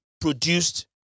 Produced